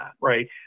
right